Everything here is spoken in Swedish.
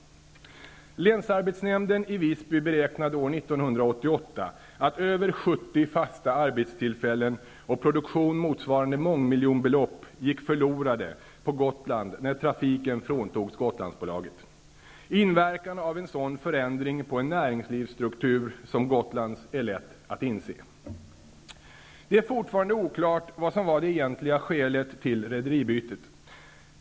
Länsarbetsnämnden i Visby beräknade år 1988 att över 70 fasta arbetstillfällen och produktion motsvarande mångmiljonbelopp gick förlorade på Inverkan av en sådan förändring på en näringslivsstruktur som Gotlands är lätt att inse. Det är fortfarande oklart vad som var det egentliga skälet till rederibytet.